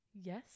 Yes